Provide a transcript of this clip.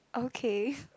okay